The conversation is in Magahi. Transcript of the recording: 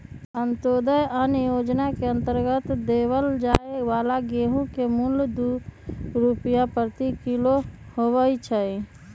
अंत्योदय अन्न योजना के अंतर्गत देवल जाये वाला गेहूं के मूल्य दु रुपीया प्रति किलो होबा हई